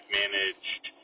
managed